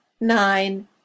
nine